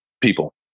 people